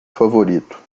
favorito